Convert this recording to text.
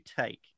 take